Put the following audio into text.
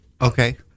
Okay